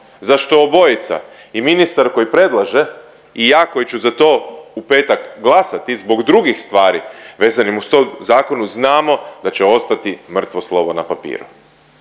za što obojica, i ministar koji predlaže i ja koji ću za to u petak glasati zbog drugih stvari vezanim uz to zakonu, znamo da će ostati mrtvo slovo na papiru